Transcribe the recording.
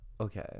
Okay